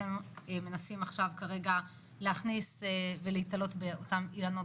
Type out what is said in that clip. אתם מנסים עכשיו כרגע להכניס ולהיתלות באותם אילנות